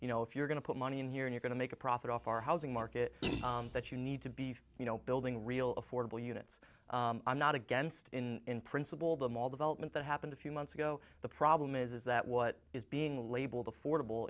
you know if you're going to put money in here you're going to make a profit off our housing market that you need to be you know building real affordable units i'm not against in principal them all development that happened a few months ago the problem is that what is being labeled affordable